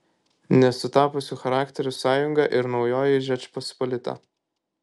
nesutapusių charakterių sąjunga ir naujoji žečpospolita